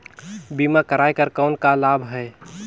बीमा कराय कर कौन का लाभ है?